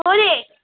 പോരേ